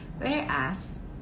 Whereas